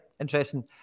interesting